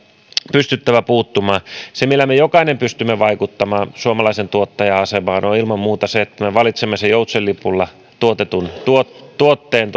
pystyttävä puuttumaan se millä me jokainen pystymme vaikuttamaan suomalaisen tuottajan asemaan on ilman muuta se että me valitsemme sen joutsenlipulla tuotetun tuotteen